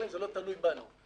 תלויים בנו החקלאים.